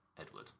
Edward